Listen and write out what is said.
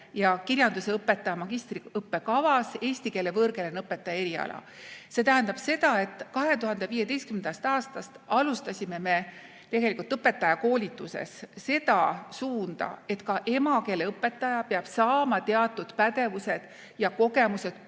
ja kirjanduse õpetaja magistriõppekavas eesti keele võõrkeelena õpetaja eriala. See tähendab seda, et 2015. aastal alustasime me tegelikult õpetajakoolituses seda suunda, et ka emakeeleõpetaja peab saama teatud pädevused ja kogemused,